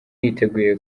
yiteguye